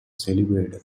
celebrated